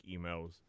emails